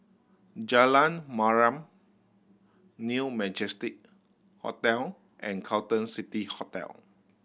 Jalan Mariam New Majestic Hotel and Carlton City Hotel